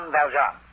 Valjean